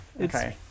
okay